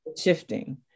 Shifting